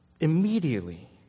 immediately